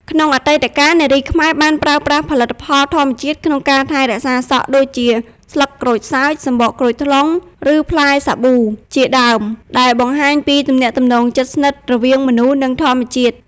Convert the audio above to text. ក្នុងអតីតកាល នារីខ្មែរបានប្រើប្រាស់ផលិតផលធម្មជាតិក្នុងការថែរក្សាសក់ដូចជា ស្លឹកក្រូចសើច សំបកក្រូចថ្លុង ឬផ្លែសាប៊ូ ជាដើម ដែលបង្ហាញពីទំនាក់ទំនងជិតស្និទ្ធរវាងមនុស្ស និងធម្មជាតិ។